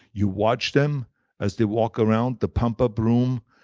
you watch them as they walk around the pump up room,